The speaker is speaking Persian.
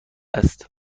است